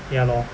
ya lor